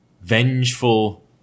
vengeful